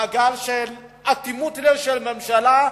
מעגל של אטימות לב של ממשלה,